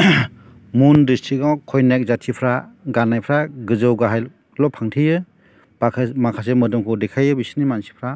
मन ड्रिस्ट्रिकआव कन्याक जाथिफ्रा गाननायफ्रा गोजौ गाहायल' फांथेयो माखासे मोदोमखौ देखायो बिसोरनि मानसिफ्रा